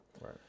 right